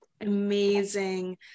Amazing